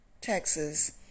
Texas